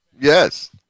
Yes